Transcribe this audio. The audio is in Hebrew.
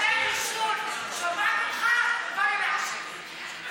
שומעת אותך, בא לי לעשן.